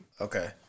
Okay